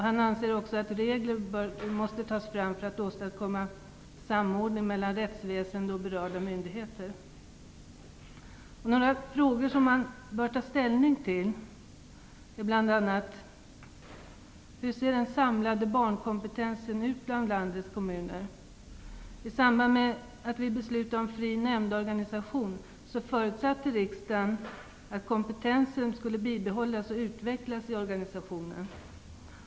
Han anser också att regler måste tas fram för att åstadkomma samordning mellan rättsväsendet och andra berörda myndigheter. Frågor som man bör ta hänsyn till är bl.a. följande: Hur ser den samlade barnkompetensen ut i landets kommuner? I samband med att vi beslutade om fri nämndorganisation förutsatte riksdagen att kompetensen skulle bibehållas och utvecklas i organisationen.